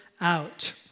out